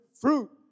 fruit